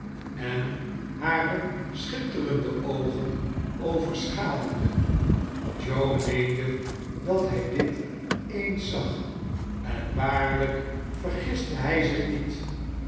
en hare schitterende oogen overschaduwden joe meende dat hij dit eens zag en waarschijnlijk vergiste hij zich niet